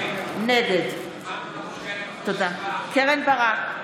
נגד קרן ברק,